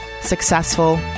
successful